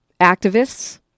activists